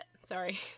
Sorry